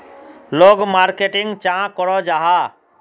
लोग मार्केटिंग चाँ करो जाहा?